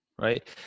right